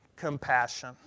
compassion